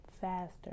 faster